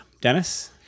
Dennis